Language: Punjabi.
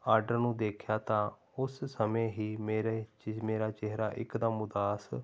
ਆਰਡਰ ਨੂੰ ਦੇਖਿਆ ਤਾਂ ਉਸ ਸਮੇਂ ਹੀ ਮੇਰੇ ਚਿ ਮੇਰਾ ਚਿਹਰਾ ਇੱਕਦਮ ਉਦਾਸ